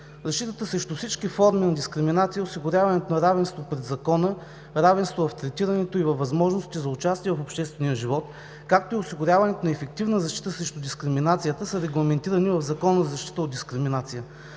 Защитата срещу всички форми на дискриминация и осигуряването на равенство пред Закона е равенство в третирането и във възможностите за участие в обществения живот, както и осигуряването на ефективна защита срещу дискриминацията са регламентирани в Закона за защита от дискриминация.